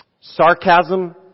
sarcasm